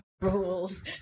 rules